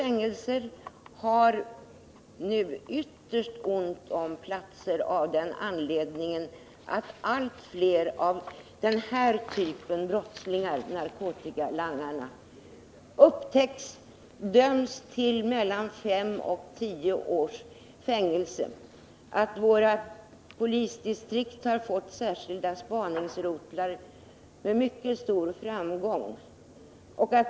Det är nu ytterst ont om platser i våra fängelser av den anledningen att allt fler av den här typen av brottslingar — dvs. narkotikalangarna — upptäcks och döms till mellan fem och tio års fängelse. Våra polisdistrikt har fått särskilda spaningsrotlar, som arbetar med mycket stor framgång.